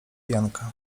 janka